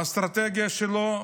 האסטרטגיה שלו,